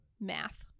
Math